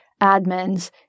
admins